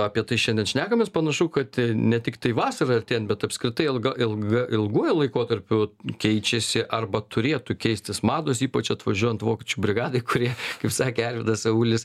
apie tai šiandien šnekamės panašu kad ne tiktai vasarą artėjant bet apskritai ilga ilga ilguoju laikotarpiu keičiasi arba turėtų keistis mados ypač atvažiuojant vokiečių brigadai kuri kaip sakė arvydas avulis